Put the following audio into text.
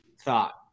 thought